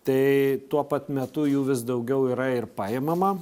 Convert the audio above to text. tai tuo pat metu jų vis daugiau yra ir paimama